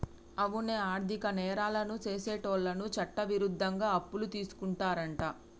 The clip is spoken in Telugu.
అవునే ఆర్థిక నేరాలను సెసేటోళ్ళను చట్టవిరుద్ధంగా అప్పులు తీసుకుంటారంట